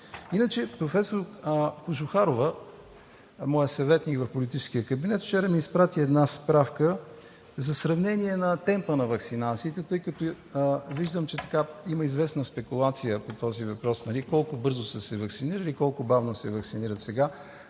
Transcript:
Иначе професор Кожухарова – моят съветник в Политическия кабинет, вчера ми изпрати една справка за сравнение на темпа на ваксинациите, тъй като виждам, че има известна спекулация по този въпрос – колко бързо са се ваксинирали и колко бавно се ваксинират сега.